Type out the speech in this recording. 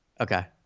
Okay